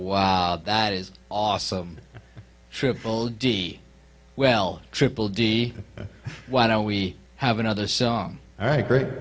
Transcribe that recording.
wow that is awesome triple d well triple d why don't we have another song all right great